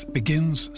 begins